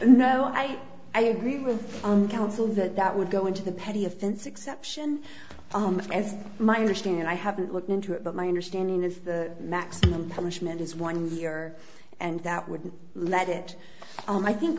no i i agree with on counsel that that would go into the petty offense acception as my understand i haven't looked into it but my understanding is the maximum punishment is one year and that wouldn't let it i think